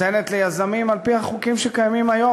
נותנת ליזמים על-פי החוקים שקיימים היום